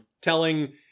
telling